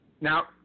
Now